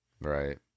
Right